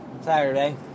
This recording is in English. Saturday